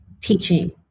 teaching